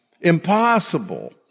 Impossible